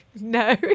No